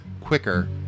quicker